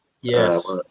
Yes